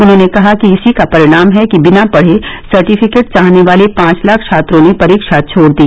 उन्होंने कहा कि इसी का परिणाम है कि बिना पढे सर्टिफिकेट चाहने वाले पांच लाख छात्रों ने परीक्षा छोड़ी